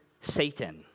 Satan